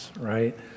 right